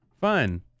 Fun